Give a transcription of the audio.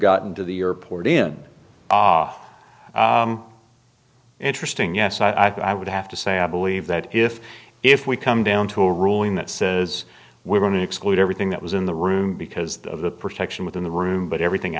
gotten to the your port in interesting yes i thought i would have to say i believe that if if we come down to a ruling that says we're going to exclude everything that was in the room because the of the protection within the room but everything